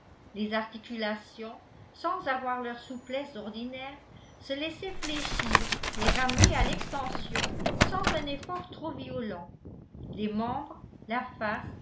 les articulations sans avoir leur souplesse ordinaire se laissaient fléchir et ramener à l'extension sans un effort trop violent les membres la face